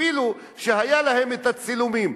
אפילו שהיו להם את הצילומים.